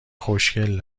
خوشکل